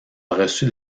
reçu